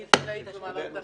אני אתמול הייתי במעלות-תרשיחא.